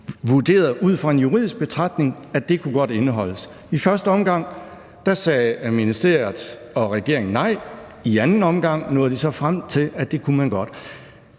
vurderede ud fra en juridisk betragtning, at det godt kunne indeholdes. I første omgang sagde ministeriet og regeringen nej. I anden omgang nåede de så frem til, at det kunne man godt.